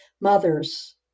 mother's